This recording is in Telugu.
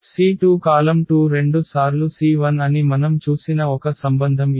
C2 కాలమ్ రెండు సార్లు C1 అని మనం చూసిన ఒక సంబంధం ఇది